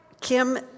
Kim